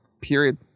period